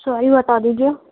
ساری بتا دیجیے